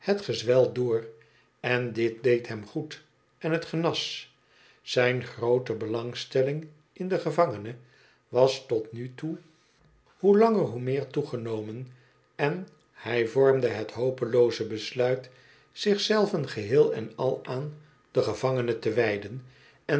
het gezwel door en dit deed hem goed en t genas zvjn groote belangstelling in den gevangene was tot nu toe hoe een reiziger die geen handel drijft m langer hoc meer toegenomen en hij vormde het hopelooze besluit zich zelven geheel en al aan den gevangene te wijden en